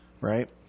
right